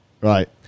Right